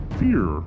fear